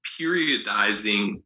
periodizing